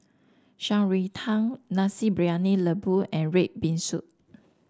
Shan Rui Tang Nasi Briyani Lembu and red bean soup